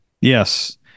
Yes